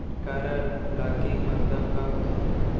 Card blocking मतलब का होथे?